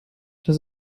das